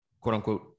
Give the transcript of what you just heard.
quote-unquote